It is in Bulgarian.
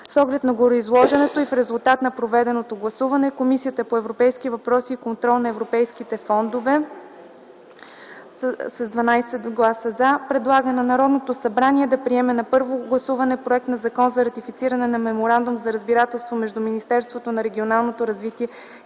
С оглед на гореизложеното и в резултат на проведеното гласуване Комисията по европейските въпроси и контрол на европейските фондове с 12 гласа „за” предлага на Народното събрание да приеме на първо гласуване проект на Закон за ратифициране на Меморандум за разбирателство между Министерството на регионалното развитие